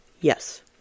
yes